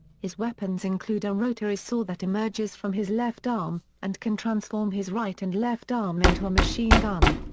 his weapons include a rotary saw that emerges from his left arm, and can transform his right and left arm into a machine gun.